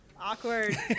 awkward